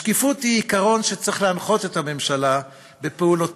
השקיפות היא עיקרון שצריך להנחות את הממשלה בפעולותיה,